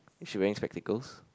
is she wearing spectacles